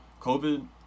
covid